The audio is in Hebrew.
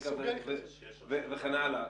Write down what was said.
וכן הלאה,